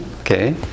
okay